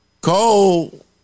Cole